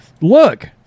Look